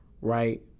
Right